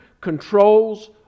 controls